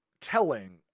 telling